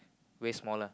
way smaller